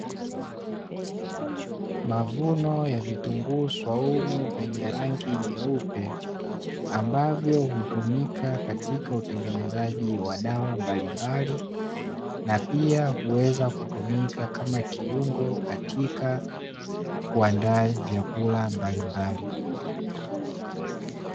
Mavuno ya vitunguu swaumu vyenye rangi ngeupe, ambavyo hutumika katika utengenezaji wa dawa mbalimbali, na pia huweza kutumika kama kiungo katika kuandaa vyakula mbalimbali.